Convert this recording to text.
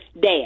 dad